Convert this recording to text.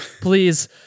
Please